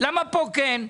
למה פה כן?